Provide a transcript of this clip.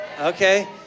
Okay